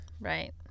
right